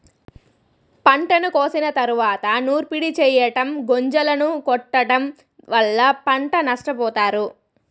పంటను కోసిన తరువాత నూర్పిడి చెయ్యటం, గొంజలను కొట్టడం వల్ల పంట నష్టపోతారు